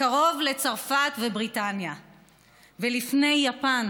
קרוב לצרפת ולבריטניה ולפני יפן.